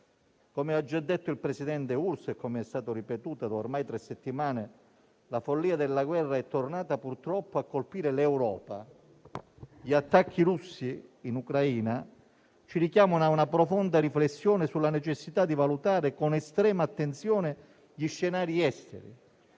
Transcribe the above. Come ha già detto il presidente Urso e come è stato ripetuto da ormai tre settimane, la follia della guerra è tornata purtroppo a colpire l'Europa. Gli attacchi russi in Ucraina ci richiamano a una profonda riflessione sulla necessità di valutare con estrema attenzione gli scenari esteri.